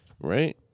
Right